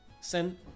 send